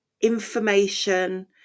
information